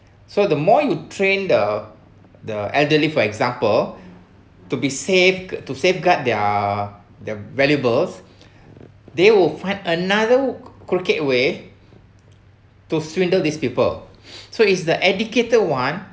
so the more you train the the elderly for example to be safe to safeguard their their valuables they will find another crooked way to swindle these people so is the educated one